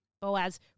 Boaz